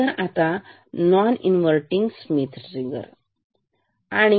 तर आता non inverting Schmitt trigger ठीक